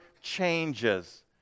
changes